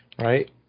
Right